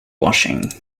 washing